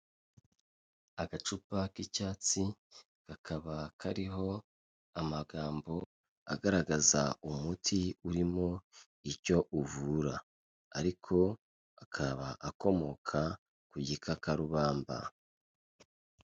Agacupa k'icyatsi kakaba kariho amagambo agaragaza umuti urimo icyo uvura ariko akaba akomoka ku gikakarubamba.